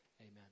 Amen